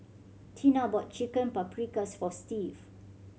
Tina bought Chicken Paprikas for Steve